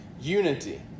unity